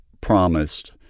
promised